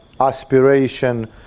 aspiration